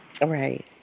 Right